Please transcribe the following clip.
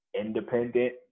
independent